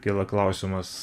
kyla klausimas